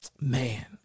man